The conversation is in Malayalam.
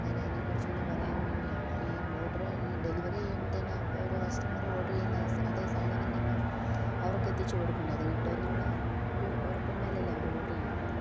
അന്നേരം അതിനെ കുറിച്ച് ഒന്നു പറയാൻ വേണ്ടിയാണ് ഈ ഓഡർ ഈ ഡെലിവറി ചെയ്യുമ്പത്തേന് ഓരോ കസ്റ്റമറും ഓഡർ ചെയ്യുന്ന അതേ സാധനം തന്നെ അവർക്ക് എത്തിച്ചു കൊടുക്കേണ്ടേ അത് കിട്ടുമെന്നുള്ള ഒരു ഉറപ്പിൻ മേലല്ലേ അവർ ഓഡർ ചെയ്യുന്നത്